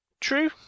True